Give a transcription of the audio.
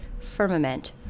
Firmament